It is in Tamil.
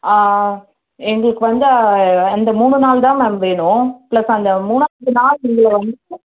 எங்களுக்கு வந்து அந்த மூணு நாள்தான் மேம் வேணும் ப்ளஸ் அந்த மூணாவது நாள் எங்களை வந்துட்டு